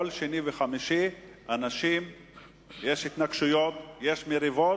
כל שני וחמישי יש התנגשויות, יש מריבות,